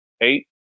eight